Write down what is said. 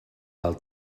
del